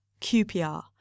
QPR